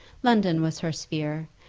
london was her sphere,